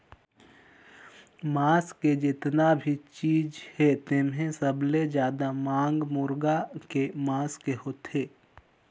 मांस के जेतना भी चीज हे तेम्हे सबले जादा मांग मुरगा के मांस के होथे